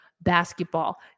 basketball